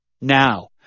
now